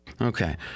Okay